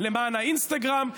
למען האינסטגרם,